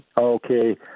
Okay